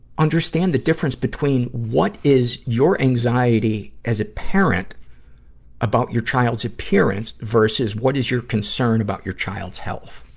understand the difference between what is your anxiety as a parent about your child's appearance versus what is your concern about your child's health.